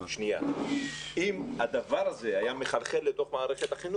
אם הדבר הזה היה מחלחל לתוך המערכת,